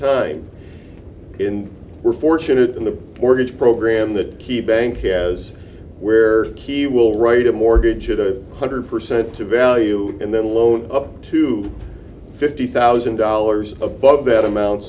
time in we're fortunate in the mortgage program the key bank has where he will write a mortgage a hundred percent to value and then loan up to fifty thousand dollars above it amount